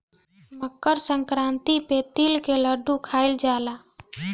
मकरसंक्रांति पे तिल के लड्डू खाइल जाला